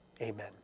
Amen